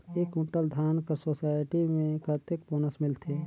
एक कुंटल धान कर सोसायटी मे कतेक बोनस मिलथे?